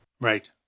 Right